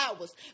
hours